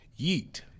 Yeet